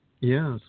Yes